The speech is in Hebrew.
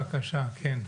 בבקשה, כן.